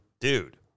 dude